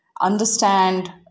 Understand